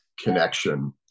connection